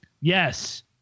yes